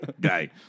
Guy